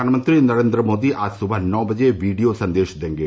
प्रधानमंत्री नरेंद्र मोदी आज सुबह नौ बजे वीडियो संदेश देंगे